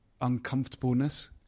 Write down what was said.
uncomfortableness